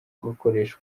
kugakoresha